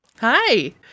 Hi